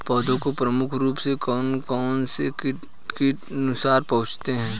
पौधों को प्रमुख रूप से कौन कौन से कीट नुकसान पहुंचाते हैं?